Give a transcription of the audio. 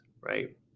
right